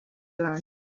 learned